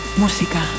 música